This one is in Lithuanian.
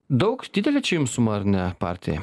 daug didelė čia jum suma ar ne partijai